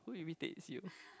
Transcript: who irritates you